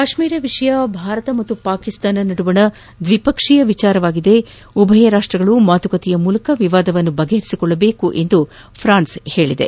ಕಾಶ್ಮೀರ ವಿಷಯ ಭಾರತ ಮತ್ತು ಪಾಕಿಸ್ತಾನ ನಡುವಿನ ದ್ವಿಪಕ್ಷೀಯ ವಿಚಾರವಾಗಿದ್ದು ಉಭಯ ರಾಷ್ಟಗಳು ಮಾತುಕತೆಯ ಮೂಲಕ ವಿವಾದವನ್ನು ಬಗೆಹರಿಸಿಕೊಳ್ಳಬೇಕು ಎಂದು ಫ್ರಾನ್ಸ್ ಹೇಳಿದೆ